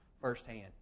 firsthand